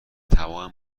تمام